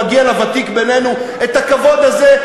מגיע לוותיק בינינו הכבוד הזה,